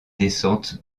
descente